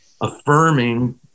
affirming